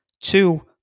two